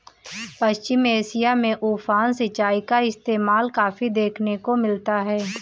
पश्चिम Asia में उफान सिंचाई का इस्तेमाल काफी देखने को मिलता है